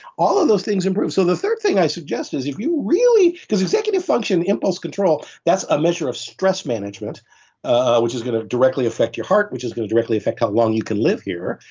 all of those things improved so the third thing i suggest is if you really, because executive function, impulse control that's a measure of stress management ah which is going to directly affect your heart which is going to directly affect how long you can live here,